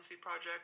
Project